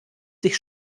sich